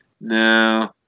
no